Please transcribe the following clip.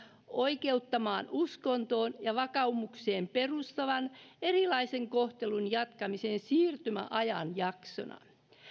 oikeuttamaan uskontoon ja vakaumukseen perustuvan erilaisen kohtelun jatkamisen siirtymäajanjaksona